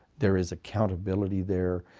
there is accountability there.